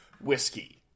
whiskey